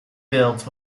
built